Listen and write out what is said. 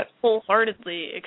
wholeheartedly